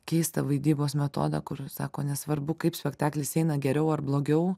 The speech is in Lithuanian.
keistą vaidybos metodą kur sako nesvarbu kaip spektaklis eina geriau ar blogiau